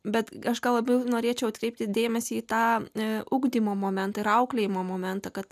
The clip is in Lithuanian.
bet kažką labiau norėčiau atkreipti dėmesį į tą ne ugdymo momentą ir auklėjimo momentą kad